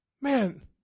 man